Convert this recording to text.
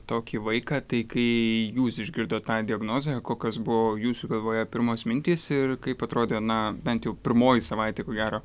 tokį vaiką tai kai jūs išgirdot tą diagnozę kokios buvo jūsų galvoje pirmos mintys ir kaip atrodė na bent jau pirmoji savaitė ko gero